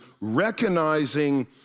recognizing